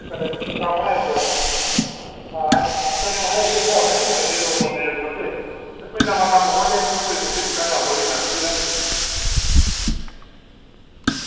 कन्नै सामनै एरिया आं कन्नै महां एरिया बी सामनै नी कन्नै लोग औंदे जंदे रौहंदे ते कोई नमां कम्म खोह्लने आं जियां कम्म होई गेआ नर्सरी दा नी